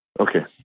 Okay